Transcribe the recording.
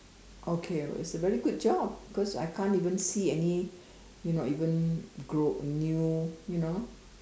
okay it's a very good job because I can't even see any you know even grow new you know